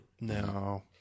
No